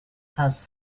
has